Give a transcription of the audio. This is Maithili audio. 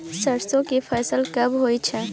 सरसो के फसल कब होय छै?